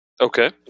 Okay